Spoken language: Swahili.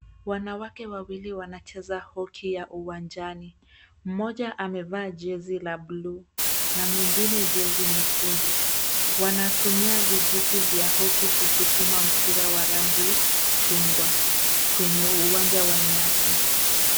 Wanawake wawili wakicheza (cs)hockey(cs) ya uwanjani. Mmoja amevaa jezi la bluu na mwingine jezi nyekundu. Wanatumia vijiti vya (cs)hockey(cs) kusukuma mpira wa rangi chungwa kwenye uwanja wa nyasi.